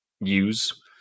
use